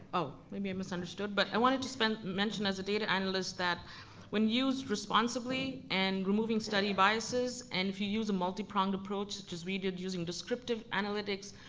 oh, maybe i misunderstood. but i wanted to mention as a data analyst that when used responsibly and removing study biases, and if you use a multi-pronged approach as we did using descriptive analytics,